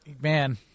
Man